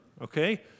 okay